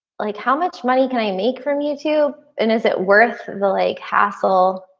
like how much money can i make from youtube? and is it worth the like hassle?